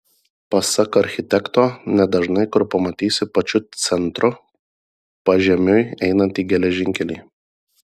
pasak architekto nedažnai kur pamatysi pačiu centru pažemiui einantį geležinkelį